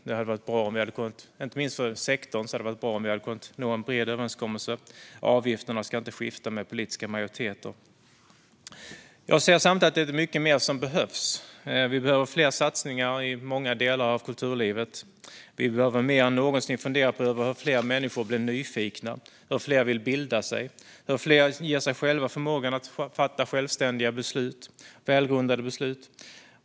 Det skulle vara bra, inte minst för sektorn, om vi kunde nå en bred överenskommelse. Avgifterna ska inte skifta med politiska majoriteter. Samtidigt ser jag att mycket mer behövs. Vi behöver fler satsningar i många delar av kulturlivet. Vi behöver mer än någonsin fundera över hur fler människor blir nyfikna, hur fler vill bilda sig och hur fler ger sig själva förmågan att fatta självständiga och välgrundade beslut.